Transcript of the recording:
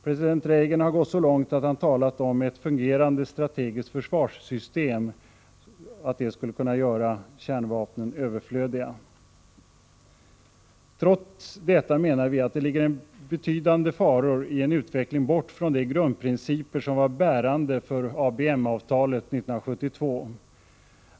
President Reagan har gått så långt att han talat om att ett fungerande strategiskt försvarssystem skulle göra kärnvapen överflödiga. Trots detta menar vi att det ligger betydande faror i en utveckling bort från de grundprinciper som var bärande för ABM-avtalet 1972.